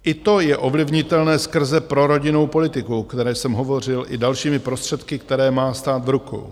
I to je ovlivnitelné skrze prorodinnou politikou, o které jsem hovořil, i dalšími prostředky, které má stát v rukou.